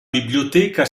biblioteca